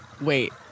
Wait